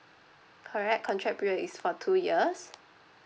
correct contract period is for two years